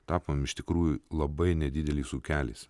tapom iš tikrųjų labai nedidelis ūkelis